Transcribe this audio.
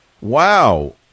Wow